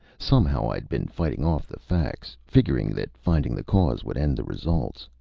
somehow, i'd been fighting off the facts, figuring that finding the cause would end the results.